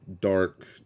dark